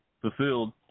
fulfilled